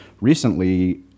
recently